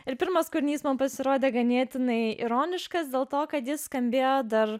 ir pirmas kūrinys man pasirodė ganėtinai ironiškas dėl to kad jis skambėjo dar